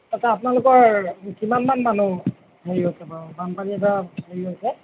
আচ্ছা আপোনালোকৰ কিমানমান মানুহ হেৰি হৈছে বাৰু বানপানীৰ পৰা হেৰি হৈছে